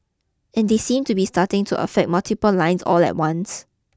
and they seem to be starting to affect multiple lines all at once